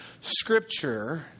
scripture